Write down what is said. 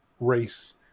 race